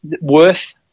worth